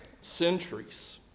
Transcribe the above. centuries